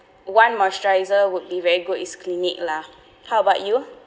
one moisturizer would be very good it's Clinique lah how about you